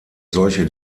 solche